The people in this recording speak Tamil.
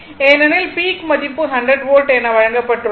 ஏனெனில் பீக் மதிப்பு 100 வோல்ட் என வழங்கப்பட்டுள்ளது